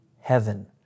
heaven